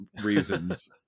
reasons